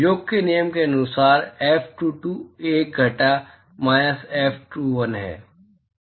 योग के नियम के अनुसार F22 1 घटा F21 है